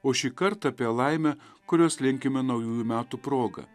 o šįkart apie laimę kurios linkime naujųjų metų proga